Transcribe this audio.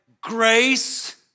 grace